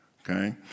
Okay